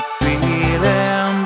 feeling